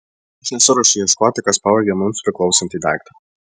aš nesiruošiu ieškoti kas pavogė mums priklausantį daiktą